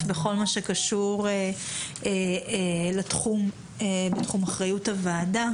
בכל מה שקשור לתחום בתחום אחריות הוועדה.